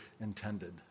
intended